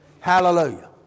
Hallelujah